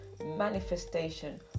manifestation